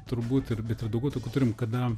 turbūt ir bet ir daugiau tokių turim kada